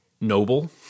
noble